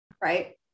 Right